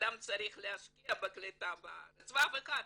בנאדם צריך להשקיע בקליטה בארץ ואף אחד,